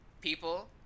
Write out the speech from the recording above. People